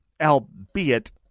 albeit